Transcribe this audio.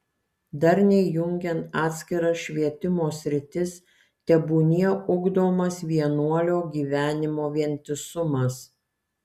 darniai jungiant atskiras švietimo sritis tebūnie ugdomas vienuolio gyvenimo vientisumas